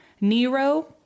Nero